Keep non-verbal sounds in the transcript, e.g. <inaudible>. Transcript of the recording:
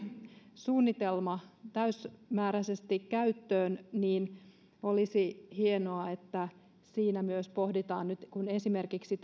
suunnitelma täysimääräisesti käyttöön olisi hienoa että siinä myös pohditaan nyt kun esimerkiksi <unintelligible>